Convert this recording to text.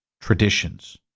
Traditions